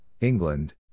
England